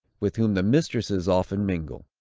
with whom the mistresses often mingle.